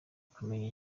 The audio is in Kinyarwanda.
kumenya